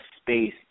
space